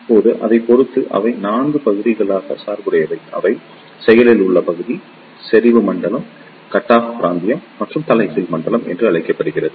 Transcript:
இப்போது அதைப் பொறுத்து அவை 4 பகுதிகளாக சார்புடையவை அவை செயலில் உள்ள பகுதி செறிவு மண்டலம் கட் ஆஃப் பிராந்தியம் மற்றும் தலைகீழ் மண்டலம் என அழைக்கப்படுகின்றன